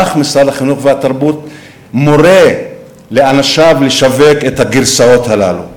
כך משרד החינוך והתרבות מורה לאנשיו לשווק את הגרסאות הללו.